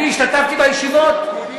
אני השתתפתי בישיבות?